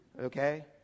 Okay